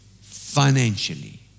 financially